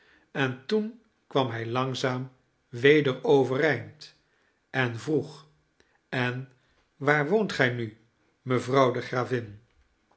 en toen kwam hij langzaam weder overeind en vroeg en waar woont gij nu mevrouw de gravin